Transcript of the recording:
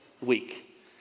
week